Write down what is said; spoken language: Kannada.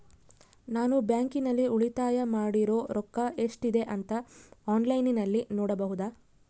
ನಾನು ಬ್ಯಾಂಕಿನಲ್ಲಿ ಉಳಿತಾಯ ಮಾಡಿರೋ ರೊಕ್ಕ ಎಷ್ಟಿದೆ ಅಂತಾ ಆನ್ಲೈನಿನಲ್ಲಿ ನೋಡಬಹುದಾ?